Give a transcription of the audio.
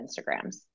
Instagrams